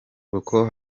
boko